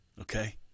okay